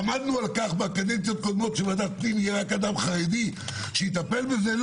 עמדנו על כך בקדנציות הקודמות שבוועדת פנים יהיה רק אדם חרדי שיטפל בזה?